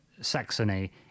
Saxony